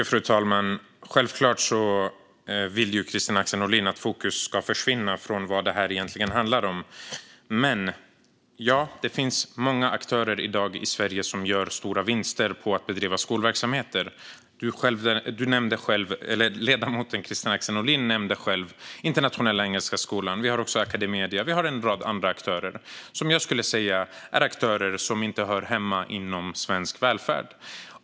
Fru talman! Självklart vill Kristina Axén Olin att fokus ska försvinna från vad detta egentligen handlar om. Men ja, det finns många aktörer i dag i Sverige som gör stora vinster på att bedriva skolverksamhet. Ledamoten Kristina Axén Olin nämnde själv Internationella Engelska Skolan; vi har också Academedia och en rad andra aktörer som jag skulle säga inte hör hemma inom svensk välfärd.